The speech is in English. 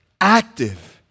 active